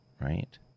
right